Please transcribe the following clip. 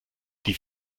die